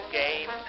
game